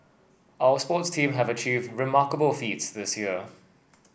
our sports teams have achieved remarkable feats this year